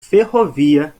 ferrovia